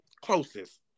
closest